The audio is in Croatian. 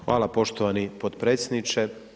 Hvala poštovani potpredsjedniče.